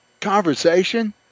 conversation